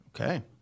Okay